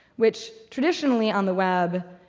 which traditionally on the web,